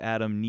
Adam